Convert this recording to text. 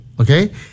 okay